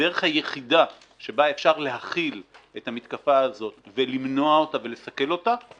הדרך היחידה שבה אפשר להכיל את המתקפה הזאת ולמנוע אותה ולסכל אותה היא